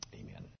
Amen